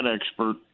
expert